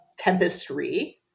Tempestry